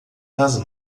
das